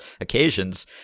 occasions